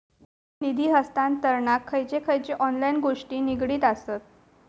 निधी हस्तांतरणाक खयचे खयचे ऑनलाइन गोष्टी निगडीत आसत?